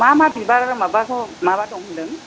मा मा बिबार माबाखौ मा मा दं होन्दों